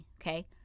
okay